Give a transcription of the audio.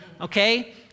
Okay